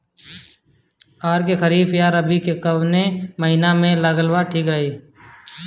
अरहर खरीफ या रबी कवने महीना में लगावल ठीक रही?